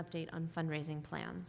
update on fundraising plans